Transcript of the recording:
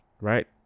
right